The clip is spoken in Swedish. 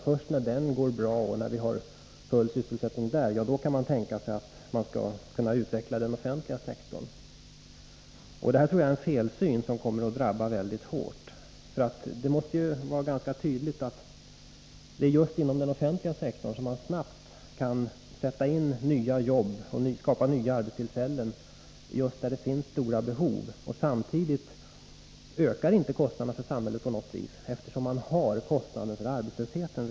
Först när den går bra och vi har full sysselsättning där kan man tänka sig att utveckla den offentliga sektorn. Det tror jag är en felsyn som kommer att drabba hårt. Det är just inom den offentliga sektorn, där det finns stora behov, som man snabbt kan skapa nya arbetstillfällen. Samtidigt ökar inte kostnaderna för samhället på något vis, eftersom man redan har kostnaden för arbetslösheten.